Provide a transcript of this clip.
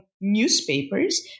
newspapers